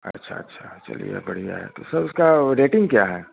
अच्छा अच्छा चलिए बढ़िया है तो सर उसका रेटिंग क्या है